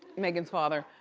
meghan's father,